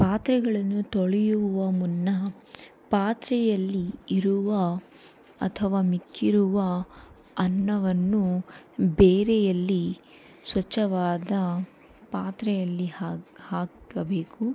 ಪಾತ್ರೆಗಳನ್ನು ತೊಳೆಯುವ ಮುನ್ನ ಪಾತ್ರೆಯಲ್ಲಿ ಇರುವ ಅಥವಾ ಮಿಕ್ಕಿರುವ ಅನ್ನವನ್ನು ಬೇರೆಯಲ್ಲಿ ಸ್ವಚ್ಛವಾದ ಪಾತ್ರೆಯಲ್ಲಿ ಹಾಕು ಹಾಕಬೇಕು